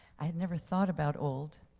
i had never thought about old,